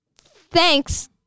thanks